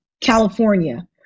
California